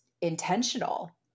intentional